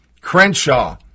Crenshaw